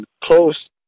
close